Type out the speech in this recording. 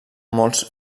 molts